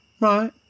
right